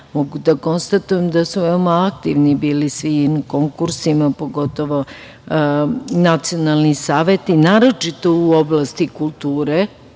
Mogu da konstatujem da su veoma aktivni bili svi na konkursima, pogotovo nacionalni saveti, naročito u oblasti kulture.